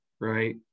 right